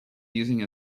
using